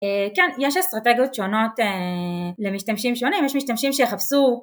כן, יש אסטרטגיות שונות למשתמשים שונים, יש משתמשים שיחפשו...